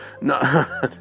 no